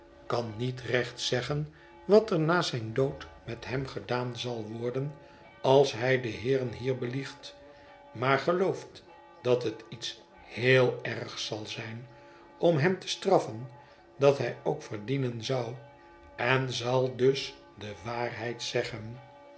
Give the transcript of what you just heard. kan niet recht zeggen wat er na zijn dood met hem gedaan zal worden als hij de heeren hier beliegt maar gelooft dat hét iets heel ergs zal zijn om hem te straffen dat hij ook verdienen zou en zal dus de waarheid zeggen